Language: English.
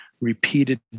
repeated